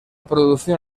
producción